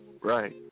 right